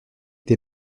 des